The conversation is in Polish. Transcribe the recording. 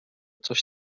coś